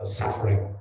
suffering